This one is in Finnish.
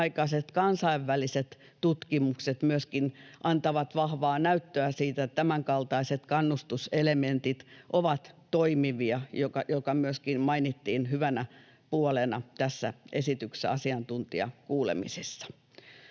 viimeaikaiset kansainväliset tutkimukset antavat vahvaa näyttöä siitä, että tämänkaltaiset kannustuselementit ovat toimivia, mikä myöskin mainittiin asiantuntijakuulemisessa